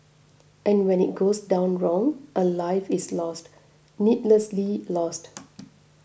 and when it goes down wrong a life is lost needlessly lost